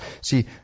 See